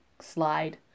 slide